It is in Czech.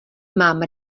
mám